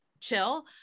chill